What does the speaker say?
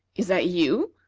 is that you?